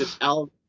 Al